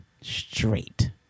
straight